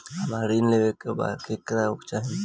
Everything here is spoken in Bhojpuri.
हमरा ऋण लेवे के बा वोकर जानकारी चाही